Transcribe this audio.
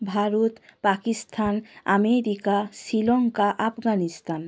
Bharat Pakistan America Sri Lanka Afghanistan